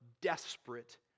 desperate